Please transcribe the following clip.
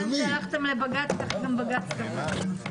בדיון שהלכתם לבג"ץ כך גם בג"ץ קבע.